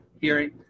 hearing